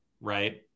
right